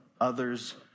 others